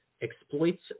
Exploits